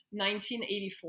1984